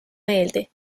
meeldi